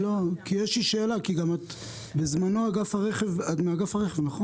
את מאגף הרכב, נכון?